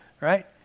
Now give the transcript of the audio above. right